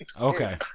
Okay